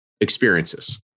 experiences